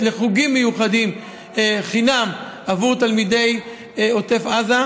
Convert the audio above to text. לחוגים מיוחדים חינם עבור תלמידי עוטף עזה,